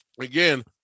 again